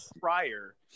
prior